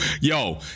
yo